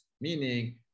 Meaning